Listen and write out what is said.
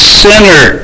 sinner